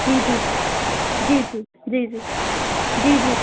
جی جی جی جی جی جی جی جی